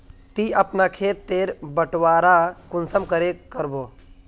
ती अपना खेत तेर बटवारा कुंसम करे करबो?